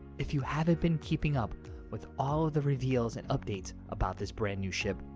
if you haven't been keeping up with all of the reveals and updates about this brand-new ship,